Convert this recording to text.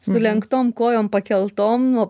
sulenktom kojom pakeltom nuo